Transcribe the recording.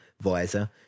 Visor